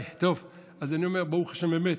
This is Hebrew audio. טוב, אז אני אומר, ברוך השם, אמת,